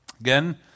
Again